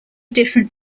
different